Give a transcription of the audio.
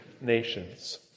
nations